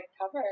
cover